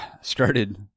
started